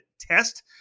Test